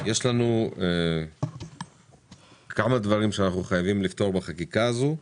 יש לנו כמה דברים שאנחנו חייבים לפתור בחקיקה הזו.